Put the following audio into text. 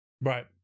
right